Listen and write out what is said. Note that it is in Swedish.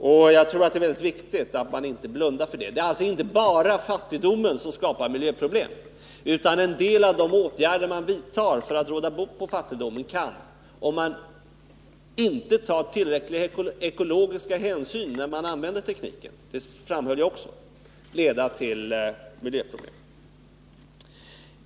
Och jag tror att det är mycket viktigt att inte blunda för detta. Det är inte bara fattigdomen som skapar problem, utan en del åtgärder som vidtas för att råda bot på fattigdomen kan — om man inte tar tillräckliga ekologiska hänsyn när man använder tekniken, vilket jag framhöll — leda till miljöproblem.